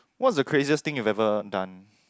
what's the craziest thing you've ever done